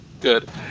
Good